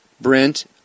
Brent